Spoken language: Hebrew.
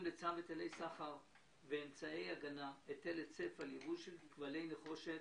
לצו היטלי סחר ואמצעי הגנה (היטל היצף על ייבוא של כבלי נחושת